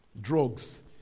Drugs